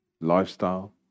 lifestyle